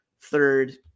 third